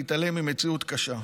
להתעלם ממציאות קשה.